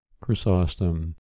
Chrysostom